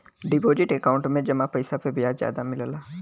deposit account में जमा पइसा पे ब्याज जादा मिलला